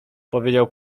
powiedział